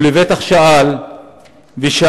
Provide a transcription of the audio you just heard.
הוא לבטח שאל ושאל: